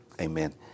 Amen